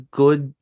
good